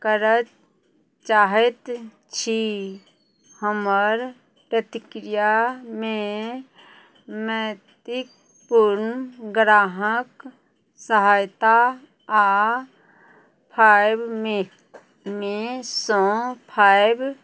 करऽ चाहैत छी हमर प्रतिक्रियामे नैतिकपूर्ण ग्राहक सहायता आ फाइबमे सँ फाइब